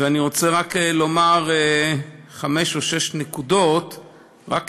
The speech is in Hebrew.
ואני רוצה רק לומר חמש או שש נקודות לפתיחה.